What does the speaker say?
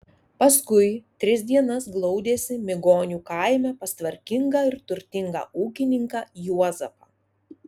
paskui tris dienas glaudėsi migonių kaime pas tvarkingą ir turtingą ūkininką juozapą